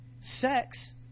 sex